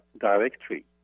directory